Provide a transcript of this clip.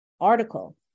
article